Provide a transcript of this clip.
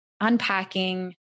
unpacking